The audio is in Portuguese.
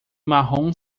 marrom